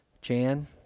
Jan